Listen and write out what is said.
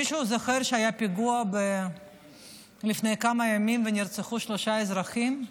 מישהו זוכר שהיה פיגוע לפני כמה ימים ונרצחו שלושה אזרחים?